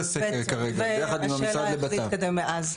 והשאלה היא איך זה התקדם מאז.